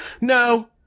no